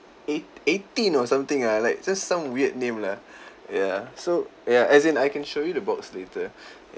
eight eighteen or something ah like just some weird name lah yeah so ya as in I can show you the box later